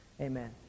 Amen